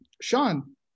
Sean